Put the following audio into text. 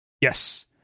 Yes